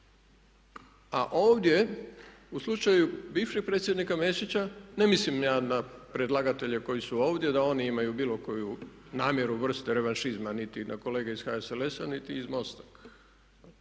A ovdje u slučaju bivšeg predsjednika Mesića, ne mislim ja na predlagatelje koji su ovdje da oni imaju bilo koju namjeru, vrstu revanšizma niti na kolege iz HSLS-a niti iz MOST-a,